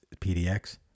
PDX